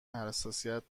حساسیت